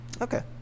Okay